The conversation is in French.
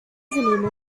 éléments